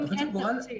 אם אין תקציב.